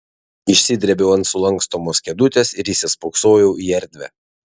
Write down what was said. išsidrėbiau ant sulankstomos kėdutės ir įsispoksojau į erdvę